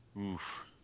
Oof